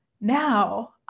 now